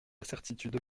certitude